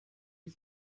est